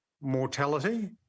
mortality